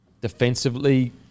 defensively